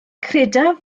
credaf